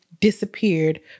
disappeared